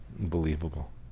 unbelievable